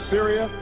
Syria